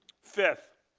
fifth,